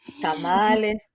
Tamales